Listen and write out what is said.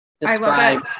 describe